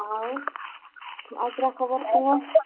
ଆଉ ଆଉ କିରା ଖବର କ